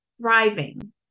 thriving